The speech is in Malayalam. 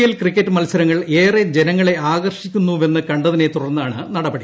എൽ ക്രിക്കറ്റ് മത്സരങ്ങൾ ഏറെ ജനങ്ങളെ ആകർഷിക്കുന്നുവെന്ന് കണ്ടതിനെ തുടർന്നാണ് നടപടി